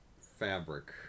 fabric